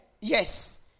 Yes